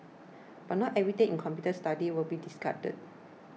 but not everything in computer studies will be discarded